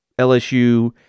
LSU